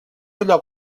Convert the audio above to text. lloc